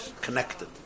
connected